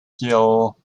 gill